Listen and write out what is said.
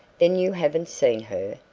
then you haven't seen her?